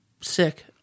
sick